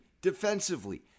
defensively